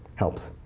helps.